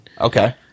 Okay